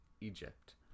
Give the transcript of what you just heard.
Egypt